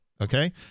okay